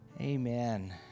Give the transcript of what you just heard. Amen